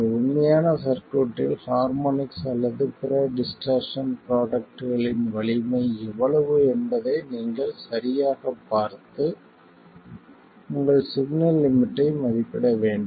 ஒரு உண்மையான சர்க்யூட்டில் ஹார்மோனிக்ஸ் அல்லது பிற டிஸ்டர்ஸன் ப்ரோடக்ட்களின் வலிமை எவ்வளவு என்பதை நீங்கள் சரியாகப் பார்த்து உங்கள் சிக்னல் லிமிட்டை மதிப்பிட வேண்டும்